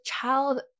child